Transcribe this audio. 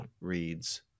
reads